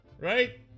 right